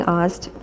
asked